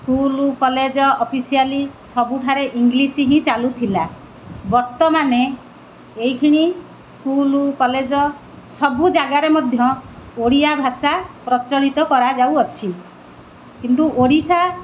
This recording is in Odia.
ସ୍କୁଲ କଲେଜ ଅଫିସିଆଲି ସବୁଠାରେ ଇଂଲିଶ ହିଁ ଚାଲୁଥିଲା ବର୍ତ୍ତମାନେ ଏହିକ୍ଷଣି ସ୍କୁଲ କଲେଜ ସବୁ ଜାଗାରେ ମଧ୍ୟ ଓଡ଼ିଆଭାଷା ପ୍ରଚଳିତ କରାଯାଉଅଛି କିନ୍ତୁ ଓଡ଼ିଶା